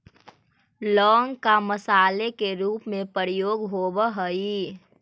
लौंग का मसाले के रूप में प्रयोग होवअ हई